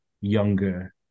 younger